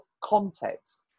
context